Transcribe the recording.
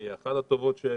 אחת הטובות שהיו,